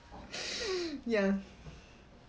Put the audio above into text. ya